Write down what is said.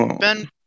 Ben